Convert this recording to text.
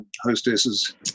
hostesses